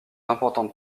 importante